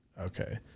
Okay